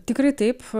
tikrai taip